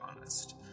honest